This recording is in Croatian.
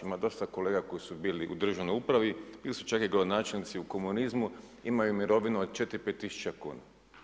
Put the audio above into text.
Ima dosta kolega koji su bili u državnoj upravi, bili su čak i gradonačelnici u komunizmu, imaju mirovinu od 4, 5 tisuća kuna.